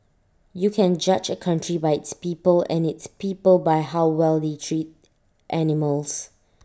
you can judge A country by its people and its people by how well they treat animals